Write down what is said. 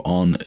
on